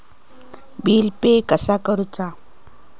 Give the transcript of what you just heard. Bill pay कसा करुचा?